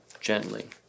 gently